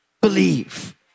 believe